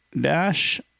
Dash